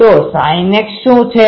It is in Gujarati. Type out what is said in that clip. તો sinx શું છે